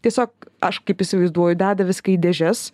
tiesiog aš kaip įsivaizduoju deda viską į dėžes